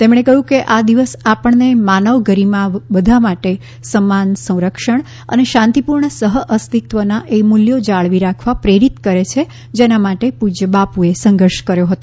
તેમણે કહ્યું કે આ દિવસ આપણને માનવ ગરિમા બધા માટે સમાન સંરક્ષણ અને શાંતિપૂર્ણ સહઅસ્તિત્વના એ મૂલ્યો જાળવી રાખવા પ્રેરિત કરે છે જેના માટે પૂજ્ય બાપુએ સંઘર્ષ કર્યો હતો